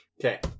Okay